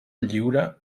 lliure